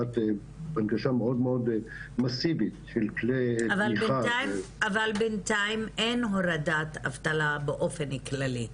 מאוד מאוד מאסיבית- -- אבל בינתיים אין הורדת אבטלה באופן כללי,